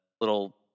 little